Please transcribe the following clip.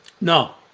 No